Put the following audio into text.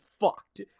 fucked